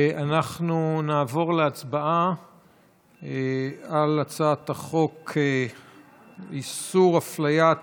אנחנו נעבור להצבעה על הצעת חוק איסור הפליית